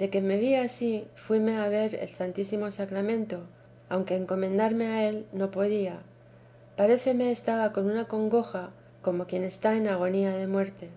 de que me vi ansí íuíme a ver el santísimo sacramento aunque encomendarme a él no podía paréceme estaba con una congoja como quien está en agonía de vida de la santa madbe muerte